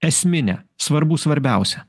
esminę svarbų svarbiausią